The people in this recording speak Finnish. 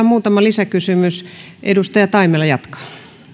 muutama lisäkysymys edustaja taimela jatkaa